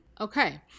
Okay